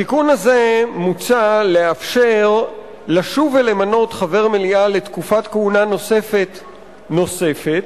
בתיקון הזה מוצע לאפשר לשוב ולמנות חבר מליאה לתקופת כהונה נוספת נוספת,